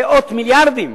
מאות מיליארדים